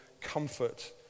comfort